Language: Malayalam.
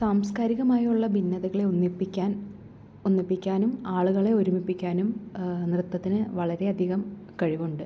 സാംസ്കാരികമായുള്ള ഭിന്നതകളെ ഒന്നിപ്പിക്കാൻ ഒന്നിപ്പിക്കാനും ആളുകളെ ഒരുമിപ്പിക്കാനും നൃത്തത്തിന് വളരെയധികം കഴിവുണ്ട്